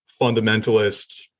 fundamentalist